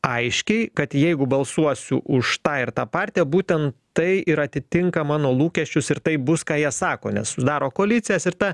aiškiai kad jeigu balsuosiu už tą ir tą partiją būtent tai ir atitinka mano lūkesčius ir taip bus ką jie sako nes sudaro koalicijas ir ta